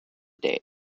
date